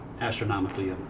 Astronomically